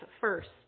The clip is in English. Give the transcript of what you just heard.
first